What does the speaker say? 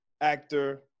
actor